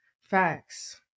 facts